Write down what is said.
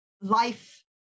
life